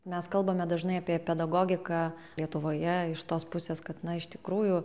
mes kalbame dažnai apie pedagogiką lietuvoje iš tos pusės kad na iš tikrųjų